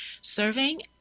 serving